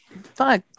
fuck